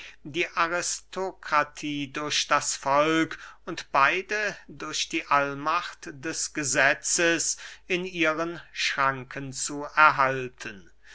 die aristokratie durch das volk und beide durch die allmacht des gesetzes in ihren schranken zu erhalten